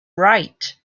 right